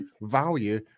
value